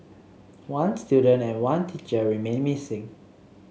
one student and one teacher remain missing